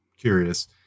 curious